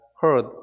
heard